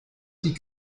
die